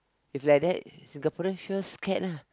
if like that Singaporean sure scared ah